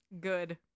Good